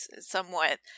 somewhat